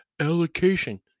allocation